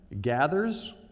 gathers